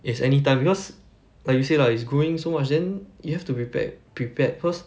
is anytime because like you say lah it's growing so much then you have to prepare prepared cause